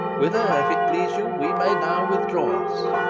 whither, if it please you, we may now withdraw us.